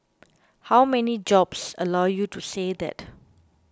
how many jobs allow you to say that